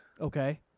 Okay